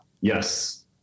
Yes